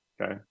okay